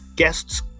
Guests